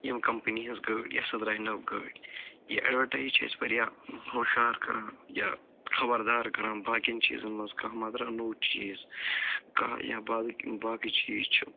ییٚمہِ کمپٔنہ ہِنٛزۍ گٲڑۍ یہِ سا نٔو گٲڑۍ یہِ اٮ۪ڈوٹایز چھِ أسۍ وارِیاہ ہوشیار کَران یا خبردار کَران باقین چیٖزن منٛز کانٛہہ ما دراو نو چیٖز کانٛہہ یا بالہِ باقٕے چیٖز چھِ